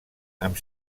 amb